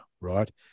right